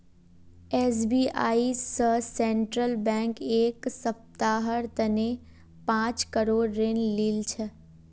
SBI स Central Bank एक सप्ताहर तने पांच करोड़ ऋण लिल छ